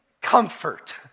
comfort